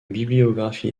bibliographie